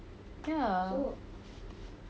ya